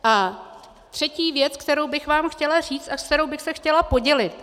A třetí věc, kterou bych vám chtěla říct a s kterou bych se chtěla podělit.